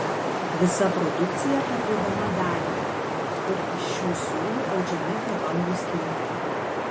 visa produkcija parduodama danijoje kur iš šių siūlų audžiami prabangūs kilimai